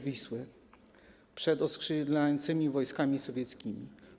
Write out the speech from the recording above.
Wisły przed oskrzydlającymi wojskami sowieckimi.